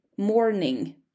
Morning